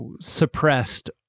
suppressed